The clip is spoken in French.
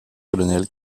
colonel